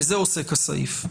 בזה עוסק הסעיף.